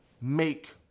make